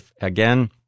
Again